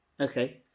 Okay